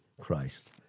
Christ